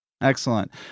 Excellent